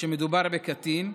כשמדובר בקטין,